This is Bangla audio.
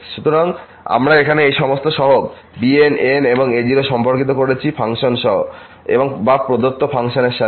সুতরাং আমরা এখন এই সমস্ত সহগ bn an এবং a0 সম্পর্কিত করেছি ফাংশন সহ বা প্রদত্ত ফাংশন এর সাথে